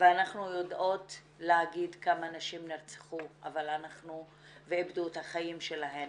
ואנחנו יודעות להגיד כמה נשים נרצחו ואיבדו את החיים שלהן,